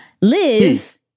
Live